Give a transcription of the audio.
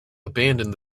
abandoned